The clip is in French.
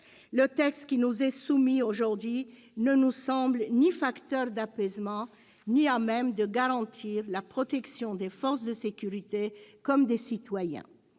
Le texte qui nous est soumis aujourd'hui ne nous semble être ni un facteur d'apaisement ni la garantie d'une protection des forces de sécurité comme des citoyens.